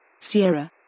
Sierra